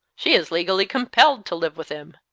she is legally compelled to live with him.